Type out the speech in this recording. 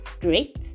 great